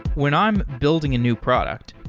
when i'm building a new product,